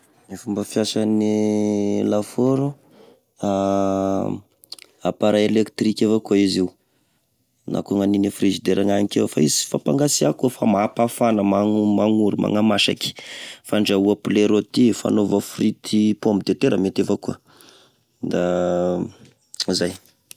Gne fomba fiasane lafaoro, appareil elektrika evakoa izy io, akô gny agniny e frizidera gnanikeo fa izy sy fampangatsia koa fa mampafana magnoro, magnamasaky fa fandrahoa poulet roti, fanaova frite pomme de terre mety avakoa da zay.